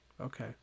Okay